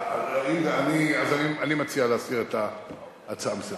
אז אני מציע להסיר את ההצעה מסדר,